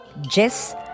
Jess